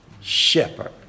shepherd